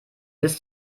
bis